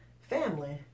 family